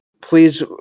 Please